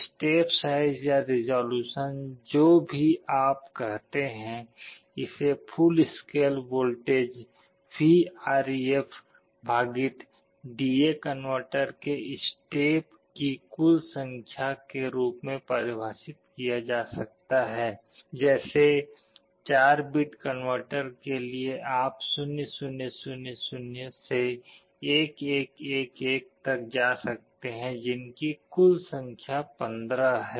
step size या resolution जो भी आप इसे कहते हैं इसे फुल स्केल वोल्टेज Vref भागित डी ए कनवर्टर के स्टेप की कुल संख्या के रूप में परिभाषित किया जा सकता है जैसे 4 बिट कन्वर्टर के लिए आप 0 0 0 0 से 1 1 1 1 तक जा सकते हैं जिनकी कुल संख्या 15 है